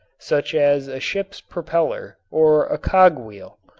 such as a ship's propeller or a cogwheel.